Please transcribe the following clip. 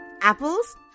Apples